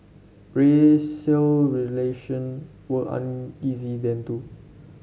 racial relation were uneasy then too